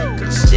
Cause